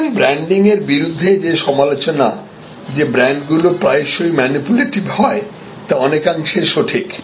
সুতরাং ব্র্যান্ডিং এর বিরুদ্ধে যে সমালোচনা যে ব্র্যান্ডগুলি প্রায়শই ম্যানিপুলেটিভ হয় তা অনেকাংশেই সঠিক